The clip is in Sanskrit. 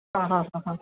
आहा आहा